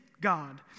God